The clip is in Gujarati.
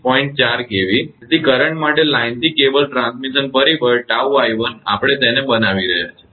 4 kV તેથી કરંટ માટે લાઇનથી કેબલ ટ્રાન્સમિશન પરિબળ 𝜏𝑖1 આપણે તેને બનાવી રહ્યા છીએ